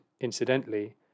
incidentally